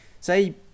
say